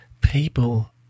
people